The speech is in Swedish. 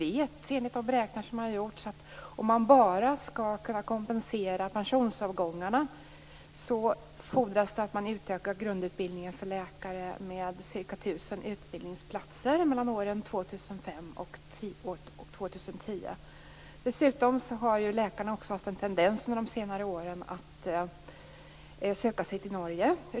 Enligt beräkningar som har gjorts vet vi att det för att bara kompensera pensionsavgångarna fordras att man utökar grundutbildningen för läkare med ca 1 000 utbildningsplatser åren 2005-2010. Dessutom har läkare under senare år, av olika skäl, haft en tendens att söka sig till Norge.